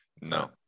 No